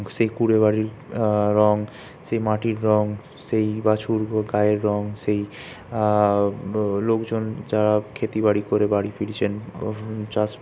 সেই কুঁড়ে বাড়ির রং সেই মাটির রং সেই বাছুর গায়ের রং সেই লোকজন যারা ক্ষেতিবাড়ি করে বাড়ি ফিরছেন চাষ